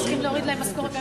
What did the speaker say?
צריכים להוריד להם משכורת,